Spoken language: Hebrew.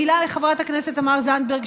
מילה לחברת הכנסת תמר זנדברג,